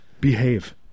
Behave